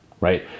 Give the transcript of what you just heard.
right